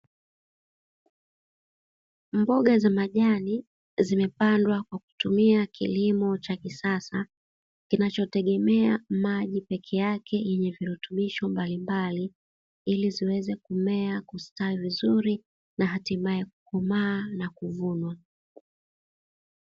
Mboga za majani zimepandwa kwa kutumia kilimo cha kisasa , kinacho tegemea maji peke yake yenye virutubisho mbalimbali ili ziweze kumea, kustawi vizuri na hatimae kukomaa na kuvunwa.